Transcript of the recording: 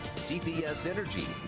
cps energy.